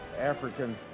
African